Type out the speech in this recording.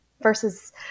versus